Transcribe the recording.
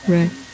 Right